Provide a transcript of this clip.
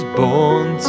born